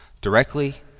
directly